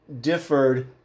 differed